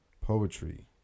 poetry